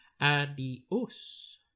Adios